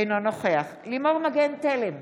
אינו נוכח לימור מגן תלם,